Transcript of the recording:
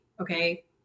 okay